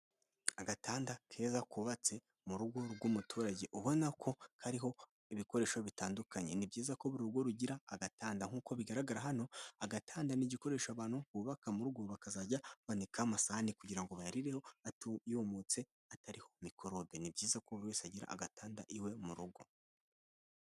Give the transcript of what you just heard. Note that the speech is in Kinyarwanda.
Agatanda keza kubatse mu rugo rw'umuturage ubona ko kariho ibikoresho bitandukanye, ni byiza ko uru rugo rugira agatanda nk'uko bigaragara hano agatanda ni igikoresho abantu bubaka mu rugo bakazajya banikaho amasahani kugira ngo bayarireho yumutse atariho mikorode, ni byiza ko buri wese agira agatanda iwe mu rugo.